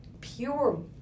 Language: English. pure